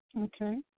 Okay